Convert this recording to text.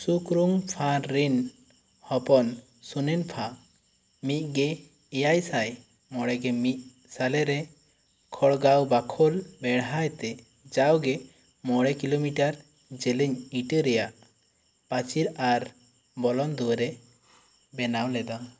ᱥᱩᱠᱷᱨᱩᱝᱯᱷᱟᱨ ᱨᱮᱱ ᱦᱚᱯᱚᱱ ᱥᱩᱱᱮᱱᱯᱷᱟ ᱢᱤᱫᱜᱮ ᱮᱭᱟᱭᱥᱟ ᱢᱚᱬᱮᱜᱮᱢᱤᱫ ᱥᱟᱞᱮᱨᱮ ᱠᱚᱲᱜᱟᱣ ᱵᱟᱠᱷᱳᱞ ᱵᱮᱲᱦᱟᱭ ᱛᱮ ᱡᱟᱣᱜᱮ ᱢᱚᱬᱮ ᱠᱤᱞᱳᱢᱤᱴᱟᱨ ᱡᱮᱞᱮᱧ ᱤᱴᱟᱹ ᱨᱮᱭᱟᱜ ᱯᱟᱹᱪᱤᱨ ᱟᱨ ᱵᱚᱞᱚᱱ ᱫᱩᱣᱟᱹᱨᱮ ᱵᱮᱱᱟᱣ ᱞᱮᱫᱟ